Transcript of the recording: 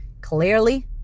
Clearly